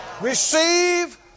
Receive